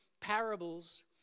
parables